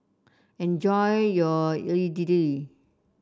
enjoy your